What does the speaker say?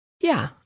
Ja